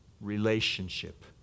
Relationship